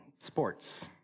Sports